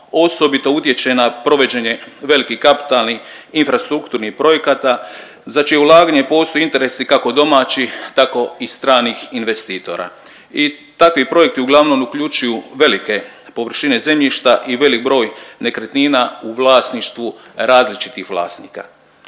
osobito utječe na provođenje velikih kapitalnih infrastrukturnih projekata za čije ulaganje postoje interesi kako domaćih tako i stranih investitora. I takvi projekti uglavnom uključuju velike površine zemljišta i velik broj nekretnina u vlasništvu različitih vlasnika.